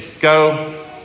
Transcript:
Go